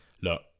Look